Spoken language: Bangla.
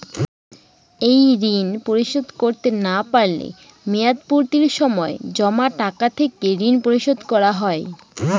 এই ঋণ পরিশোধ করতে না পারলে মেয়াদপূর্তির সময় জমা টাকা থেকে ঋণ পরিশোধ করা হয়?